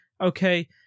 okay